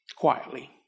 quietly